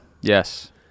Yes